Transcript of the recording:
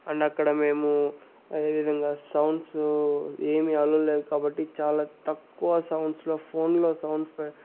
and అక్కడ మేము అదేవిధంగా సౌండ్సు ఏమి అలో లేదు కాబట్టి చాలా తక్కువ సౌండ్స్లో ఫోన్లో సాంగ్స్